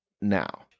now